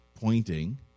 pointing